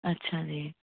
ਅੱਛਾ ਜੀ